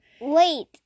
Wait